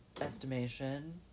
estimation